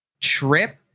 trip